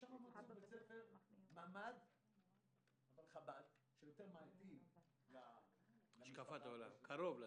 ושם מצאו בית ספר ממ"ד של חב"ד שיותר קרוב להשקפת עולמם.